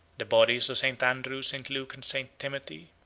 the bodies of st. andrew, st. luke, and st. timothy,